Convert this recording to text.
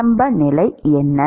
ஆரம்ப நிலை என்ன